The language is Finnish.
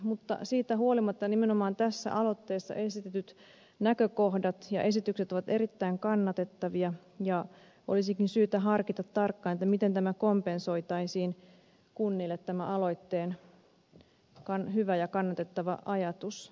mutta siitä huolimatta nimenomaan tässä aloitteessa esitetyt näkökohdat ja esitykset ovat erittäin kannatettavia ja olisikin syytä harkita tarkkaan miten kompensoitaisiin kunnille tämä aloitteen hyvä ja kannatettava ajatus